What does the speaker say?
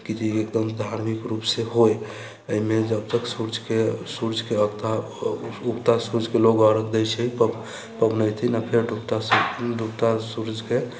कि जे ई पर्व धार्मिक रुपसँ होइ एहिमे जब तक सूर्यके उगता सूर्यके लोग अर्घ दै छै आओर नेक्स्ट दिना फेर डूबता डूबता सूर्यके